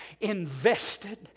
invested